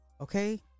Okay